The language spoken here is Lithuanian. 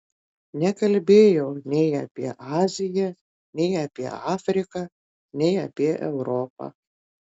nekalbėjau nei apie aziją nei apie afriką nei apie europą